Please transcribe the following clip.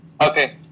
Okay